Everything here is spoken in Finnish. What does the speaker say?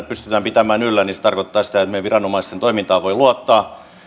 pystytään pitämään yllä se tarkoittaa sitä että meidän viranomaisten toimintaan voi luottaa